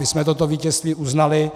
My jsme toto vítězství uznali.